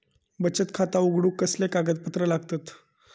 बचत खाता उघडूक कसले कागदपत्र लागतत?